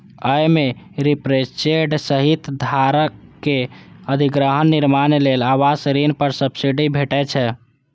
अय मे रीपरचेज सहित घरक अधिग्रहण, निर्माण लेल आवास ऋण पर सब्सिडी भेटै छै